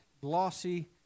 glossy